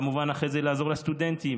כמובן אחרי זה לעזור לסטודנטים,